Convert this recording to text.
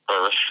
Earth